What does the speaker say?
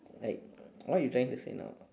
like what you trying to say now